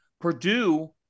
Purdue –